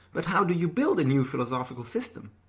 but how do you build a new philosophical system?